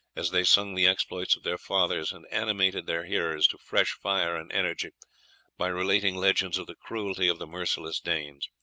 as they sung the exploits of their fathers, and animated their hearers to fresh fire and energy by relating legends of the cruelty of the merciless danes.